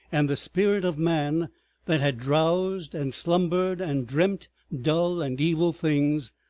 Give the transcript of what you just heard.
and the spirit of man that had drowsed and slumbered and dreamt dull and evil things,